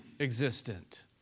existent